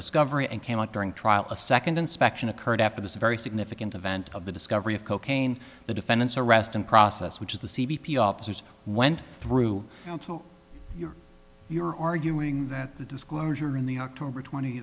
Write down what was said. discovery and came out during trial a second inspection occurred after this very significant event of the discovery of cocaine the defendant's arrest and process which is the c b p officers went through your your arguing that the disclosure in the october twent